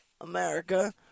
America